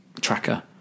tracker